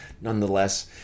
nonetheless